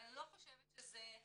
אבל אני לא חושבת שזה כצעקתה.